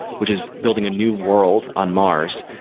which is building a new world on mars.